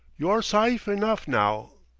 you're syfe enough now.